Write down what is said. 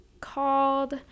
called